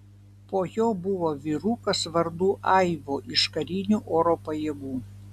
po jo buvo vyrukas vardu aivo iš karinių oro pajėgų